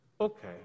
Okay